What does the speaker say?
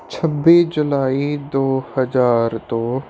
ਛੱਬੀ ਜੁਲਾਈ ਦੋ ਹਜ਼ਾਰ ਦੋ